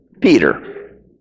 Peter